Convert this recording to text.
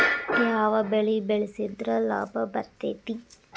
ಯಾವ ಬೆಳಿ ಬೆಳ್ಸಿದ್ರ ಲಾಭ ಬರತೇತಿ?